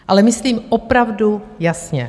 Ale myslím opravdu jasně.